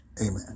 Amen